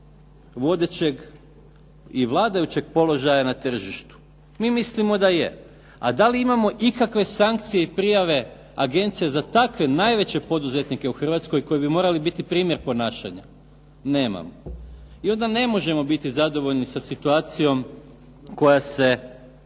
vodećeg i vladajućeg položaja na tržištu? Mi mislimo da je. A da li imamo ikakve sankcije i prijave agencija za takve najveće poduzetnike u Hrvatskoj koji bi morali primjer ponašanja? Nemamo. I onda ne možemo biti zadovoljni sa situacijom koja se